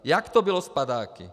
Jak to bylo s padáky?